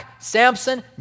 Samson